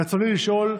רצוני לשאול: